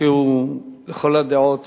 שהוא לכל הדעות